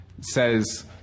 says